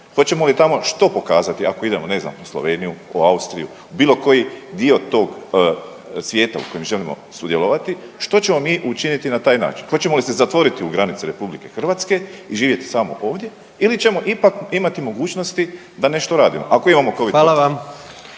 hoćemo li tamo što pokazati ako idemo ne znam u Sloveniju, u Austriju, u bilo koji dio tog svijeta u kojem želimo sudjelovati, što ćemo mi učiniti na taj način, hoćemo li se zatvoriti u granice RH i živjeti samo ovdje ili ćemo ipak imati mogućnosti da nešto radimo ako imamo